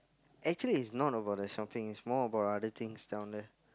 actually is not about the shopping is more about other things down there